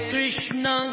Krishna